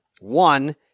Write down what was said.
One